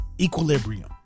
Equilibrium